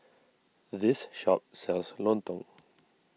this shop sells Lontong